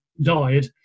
died